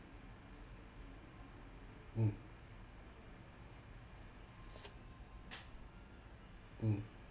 mm mm